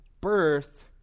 birth